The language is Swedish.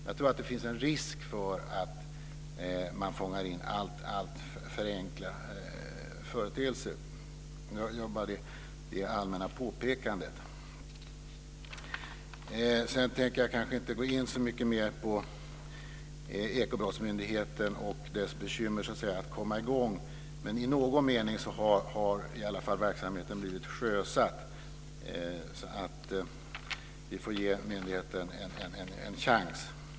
Jag tror att det finns en risk för att man fångar in alltför enkla företeelser. Jag vill bara göra det allmänna påpekandet. Jag ska inte gå in så mycket mer på Ekobrottsmyndighetens bekymmer med att komma i gång. Verksamheten har ändå i någon mening blivit sjösatt, och vi får ge myndigheten en chans.